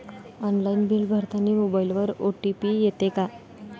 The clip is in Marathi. ऑनलाईन बिल भरतानी मोबाईलवर ओ.टी.पी येते का?